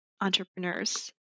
entrepreneurs